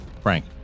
Frank